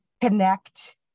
connect